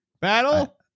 battle